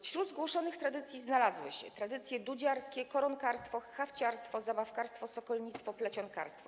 Wśród zgłoszonych tradycji znalazły się tradycje dudziarskie, koronkarstwo, hafciarstwo, zabawkarstwo, sokolnictwo i plecionkarstwo.